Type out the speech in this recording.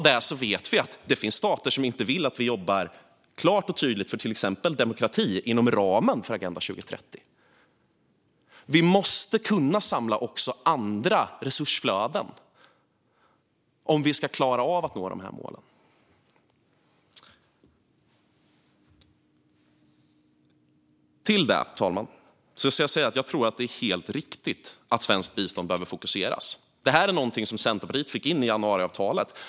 Därtill vet vi att det finns stater som inte vill att vi inom ramen för Agenda 2030 jobbar klart och tydligt för exempelvis demokrati. Vi måste kunna samla också andra resursflöden om vi ska klara att nå dessa mål. Jag tror att det är helt riktigt att svenskt bistånd behöver fokuseras. Detta är något som Centerpartiet fick in i januariavtalet.